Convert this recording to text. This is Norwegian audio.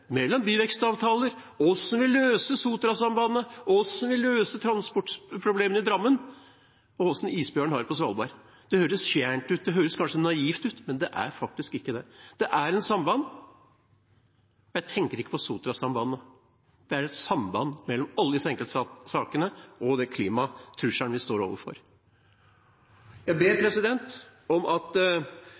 mellom byvekstavtaler, hvordan vi løser Sotrasambandet, hvordan vi løser transportproblemene i Drammen, og hvordan isbjørnen har det på Svalbard. Det høres fjernt ut, det høres kanskje naivt ut, men det er faktisk ikke det. Det er et samband – og da tenker jeg ikke på Sotrasambandet – mellom alle disse enkeltsakene og den klimatrusselen vi står overfor. Jeg ber om at